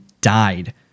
died